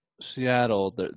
Seattle